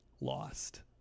lost